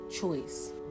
choice